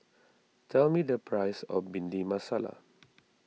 tell me the price of Bhindi Masala